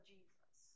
Jesus